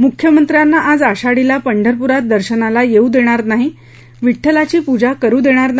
मुख्यमंत्र्यांना आज आषाडीला पंढरपूरात दर्शनाला येवू देणार नाही विव्वलाची पुजा करु देणार नाही